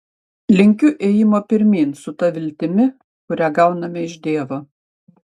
linkiu ėjimo pirmyn su ta viltimi kurią gauname iš dievo